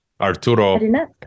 arturo